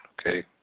Okay